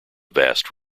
vast